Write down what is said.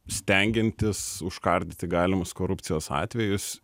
stengiantis užkardyti galimus korupcijos atvejus